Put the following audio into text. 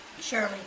Shirley